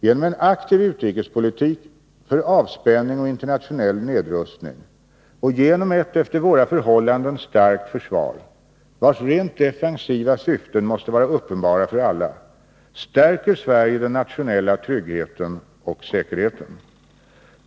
Genom en aktiv utrikespolitik för avspänning och internationell nedrustning och genom ett efter våra förhållanden starkt försvar, vars rent defensiva syften måste vara uppenbara för alla, stärker Sverige den nationella tryggheten och säkerheten.